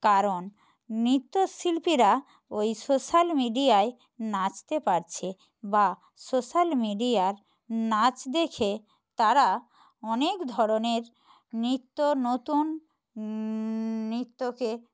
কারণ নৃত্য শিল্পীরা ওই সোশ্যাল মিডিয়ায় নাচতে পারছে বা সোশ্যাল মিডিয়ার নাচ দেখে তারা অনেক ধরনের নিত্য নতুন নৃত্যকে